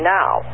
now